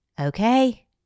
Okay